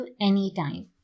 anytime